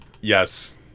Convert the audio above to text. yes